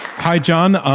hi, john. um